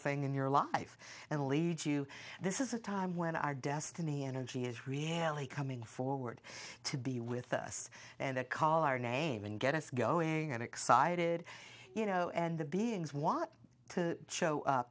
thing in your life and lead you this is a time when our destiny energy is really coming forward to be with us and call our name and get us going and excited you know and the beings want to show up